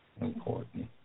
important